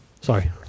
Sorry